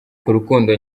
urukundo